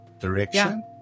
direction